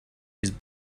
his